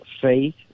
faith